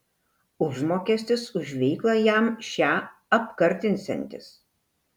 užmokestis už veiklą jam šią apkartinsiantis